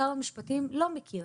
שר המשפטים לא מכיר